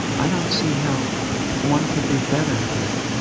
i don't see how one could do better than that